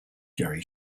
jerry